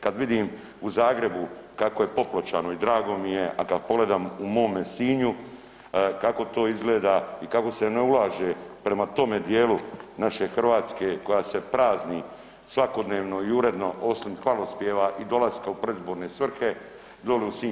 Kad vidim u Zagrebu kako je popločano i drago mi je, a kada pogledam u mome Sinju kako to izgleda i kako se ne ulaže prema tome dijelu naše Hrvatske koja se prazni svakodnevno i uredno osim hvalospjeva i dolaska u predizborne svrhe doli u Sinj.